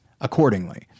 accordingly